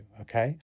okay